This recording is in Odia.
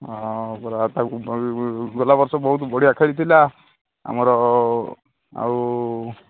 ହଁ ପରା ତାକୁ ଗଲା ବର୍ଷ ବହୁତ ବଢ଼ିଆ ଖେଳିଥିଲା ଆମର ଆଉ